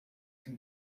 can